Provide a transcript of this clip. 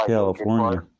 California